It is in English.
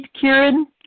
Kieran